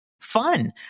fun